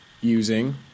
using